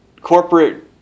corporate